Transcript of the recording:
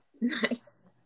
Nice